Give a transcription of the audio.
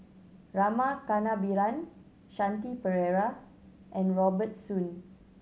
Rama Kannabiran Shanti Pereira and Robert Soon